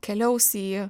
keliaus į